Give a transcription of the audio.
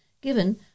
given